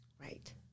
right